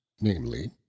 namely